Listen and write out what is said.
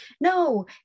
No